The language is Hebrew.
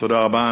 תודה רבה.